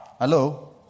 Hello